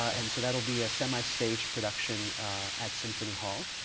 and so that'll be a semi-staged production at symphony hall.